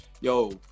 yo